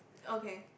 okay